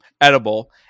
edible